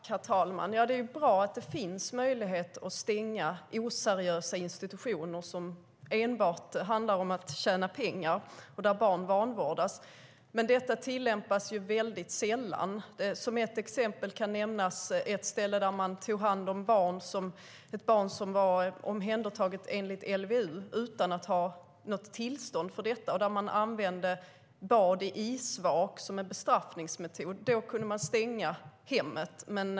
Herr talman! Det är bra att det finns möjlighet att stänga oseriösa institutioner där barn vanvårdas och vilka enbart finns till för att tjäna pengar. Men det tillämpas mycket sällan. Som exempel kan nämnas ett ställe där det fanns ett barn som var omhändertaget enligt LVU utan att hemmet hade tillstånd för det och där bad i isvak användes som bestraffningsmetod. Då kunde hemmet stängas.